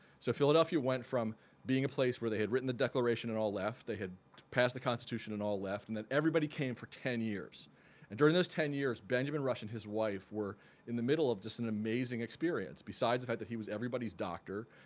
so philadelphia went from being a place where they had written the declaration and all left. they had passed the constitution and all left and then everybody came for ten years and during this ten years benjamin rush and his wife were in the middle of just an amazing experience besides the fact that he was everybody's doctor.